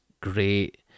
great